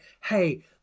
hey